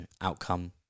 outcome